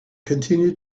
continued